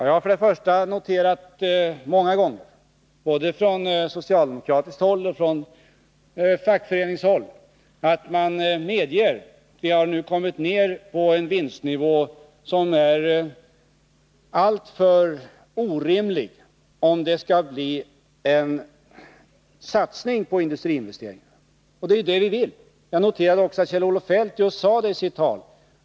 Jag har noterat många gånger, både från socialdemokratiskt håll och från fackföreningshåll, att man medger att vi nu har kommit ner på en vinstnivå som är orimlig om det skall bli en satsning på industriinvesteringar. Det är ju det vi vill! Jag noterar också att Kjell-Olof Feldt sade just detta i sitt tal.